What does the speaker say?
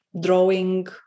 drawing